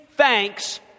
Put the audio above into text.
thanks